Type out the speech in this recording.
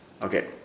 Okay